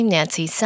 Nancy